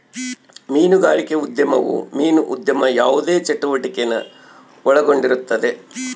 ಮೀನುಗಾರಿಕೆ ಉದ್ಯಮವು ಮೀನು ಉದ್ಯಮದ ಯಾವುದೇ ಚಟುವಟಿಕೆನ ಒಳಗೊಂಡಿರುತ್ತದೆ